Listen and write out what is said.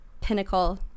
pinnacle